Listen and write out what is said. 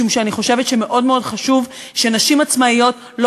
משום שאני חושבת שמאוד מאוד חשוב שנשים עצמאיות לא